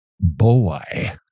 boy